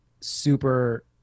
super